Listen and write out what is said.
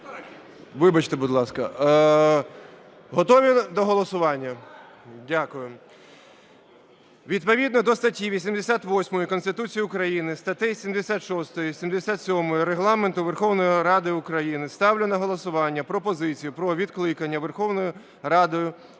Вибачте, будь ласка. Готові до голосування? Дякую. Відповідно до статті 88 Конституції України статей 76, 77 Регламенту Верховної Ради України ставлю на голосування пропозицію про відкликання Верховною Радою Голови